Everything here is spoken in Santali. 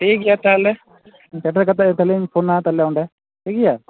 ᱴᱷᱤᱠ ᱜᱮᱭᱟ ᱛᱟᱦᱚᱞᱮ ᱥᱮᱴᱮᱨ ᱠᱟᱛᱮ ᱜᱮ ᱛᱟᱦᱚᱞᱮᱧ ᱯᱷᱳᱱᱟ ᱛᱟᱦᱚᱞᱮ ᱚᱸᱰᱮ ᱴᱷᱤᱠ ᱜᱮᱭᱟ